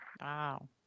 Wow